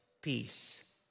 Peace